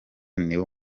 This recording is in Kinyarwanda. niwo